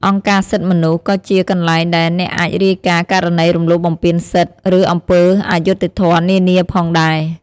អង្គការសិទ្ធិមនុស្ស ក៏ជាកន្លែងដែលអ្នកអាចរាយការណ៍ករណីរំលោភបំពានសិទ្ធិ ឬអំពើអយុត្តិធម៌នានាផងដែរ។